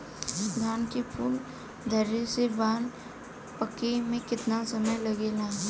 धान के फूल धरे से बाल पाके में कितना समय लागेला?